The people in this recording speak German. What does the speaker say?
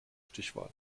stichwahl